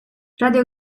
radio